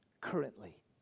currently